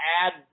add